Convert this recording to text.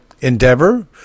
endeavor